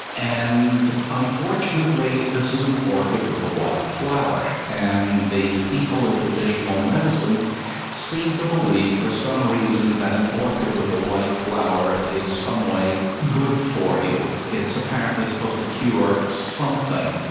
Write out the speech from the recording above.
and unfortunately this is an orchid with a white flower, and the people in traditional medicine seem to believe for some reason that an orchid with a white flower is in some way good for you. it's apparently supposed to cure something.